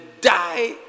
die